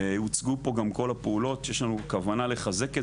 והוצגו פה גם כל הפעולות שיש לנו כוונה לחזק את